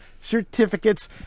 certificates